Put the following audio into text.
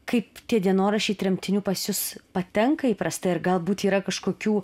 kaip tie dienoraščiai tremtinių pas jus patenka įprastai ar galbūt yra kažkokių